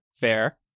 fair